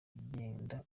igenda